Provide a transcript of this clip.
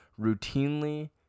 routinely